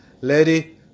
Lady